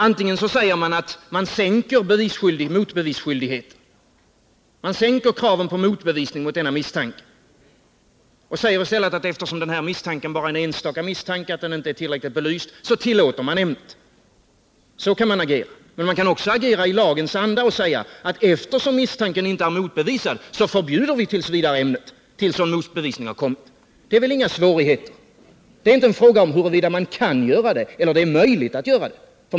Antingen minskar man kravet på motbevisning och förklarar att man tillåter ämnet, eftersom misstanken bara är en enstaka misstanke, som inte belysts tillräckligt. Så kan man agera. Men man kan också agera i lagens anda och säga att man tills vidare förbjuder ämnet, eftersom misstanken inte har motbevisats. Det innebär inga svårigheter. Det är inte en fråga om huruvida man kan göra det eller om det är möjligt att göra det.